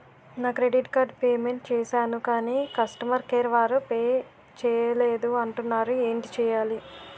నా credit card payment చేసాను కాని కస్టమర్ కేర్ వారు పే చేయలేదు అంటున్నారు ఏంటి చేయాలి?